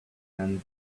and